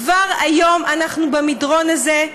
כבר היום אנחנו במדרון הזה,